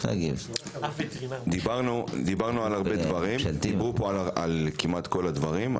דיברו פה כמעט על הדברים.